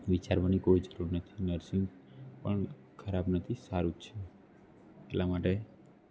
વિચારવાની કોઈ જરૂર નથી નર્સિંગ પણ ખરાબ નથી સારું જ છે એટલા માટે